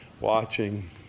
watching